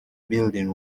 building